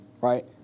right